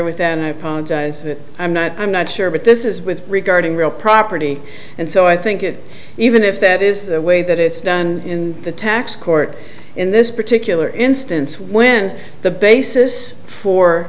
with and i apologize i'm not i'm not sure but this is with regarding real property and so i think it even if that is the way that it's done in the tax court in this particular instance when the basis for